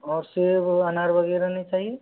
और सेव अनार वगैरह नही चाहिए